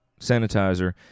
sanitizer